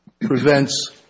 prevents